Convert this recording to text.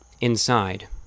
inside